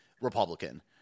Republican